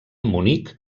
munic